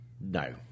no